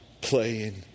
playing